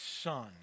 Son